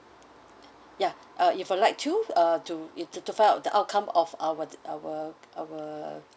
ya uh if you'd like to uh to to to find out the outcome of our our our